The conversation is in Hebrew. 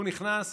הוא נכנס,